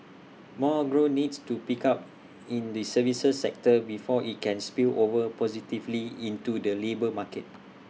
more growth needs to pick up in the services sector before IT can spill over positively into the labour market